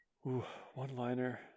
One-liner